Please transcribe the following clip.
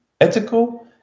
ethical